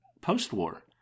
post-war